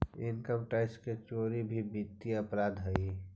income tax के चोरी भी वित्तीय अपराध हइ